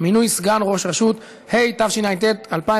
התשע"ו 2016,